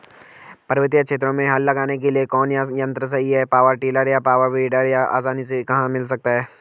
पर्वतीय क्षेत्रों में हल लगाने के लिए कौन सा यन्त्र सही है पावर टिलर या पावर वीडर यह आसानी से कहाँ मिल सकता है?